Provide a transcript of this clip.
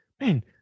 man